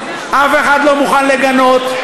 אף אחד לא מוכן לגנות.